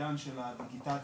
בעידן הדיגיטציה,